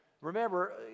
Remember